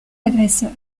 agresseur